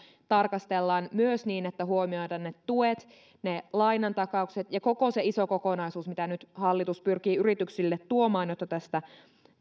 tarkastellaan myös niin että huomioidaan ne tuet ne lainantakaukset ja koko se iso kokonaisuus mitä nyt hallitus pyrkii yrityksille tuomaan jotta tästä